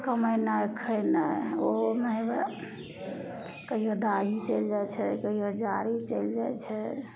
कमेनाइ खेनाइ उहोमे हेबा कहिओ दाही चलि जाइ छै कहिओ जारी चलि जाइ छै